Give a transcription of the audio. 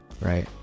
right